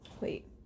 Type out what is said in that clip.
wait